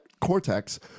cortex